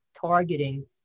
targeting